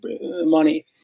money